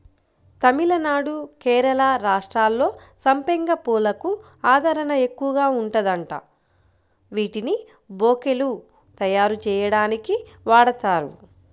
తమిళనాడు, కేరళ రాష్ట్రాల్లో సంపెంగ పూలకు ఆదరణ ఎక్కువగా ఉందంట, వీటిని బొకేలు తయ్యారుజెయ్యడానికి వాడతారు